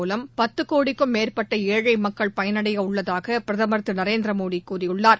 மூலம் பத்து கோடிக்கும் மேற்பட்ட ஏழை மக்கள் பயனடையவுள்ளதாக பிரதமர் திரு நரேந்திரமோடி கூறியுள்ளார்